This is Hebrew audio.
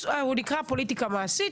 שנקרא "פוליטיקה מעשית",